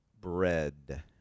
bread